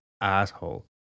asshole